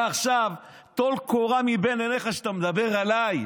אתה, עכשיו, טול קורה מבין עיניך כשאתה מדבר עליי.